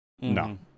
No